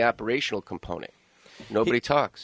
operational component nobody talks